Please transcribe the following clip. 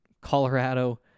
Colorado